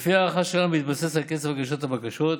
לפי ההערכה שלנו, ובהתבסס על קצב הגשת הבקשות,